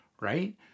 Right